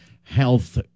health